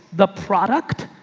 the product,